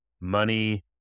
money